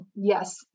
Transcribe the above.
yes